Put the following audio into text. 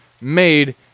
made